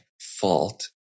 fault